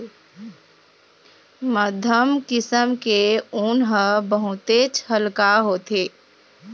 मध्यम किसम के ऊन ह बहुतेच हल्का होथे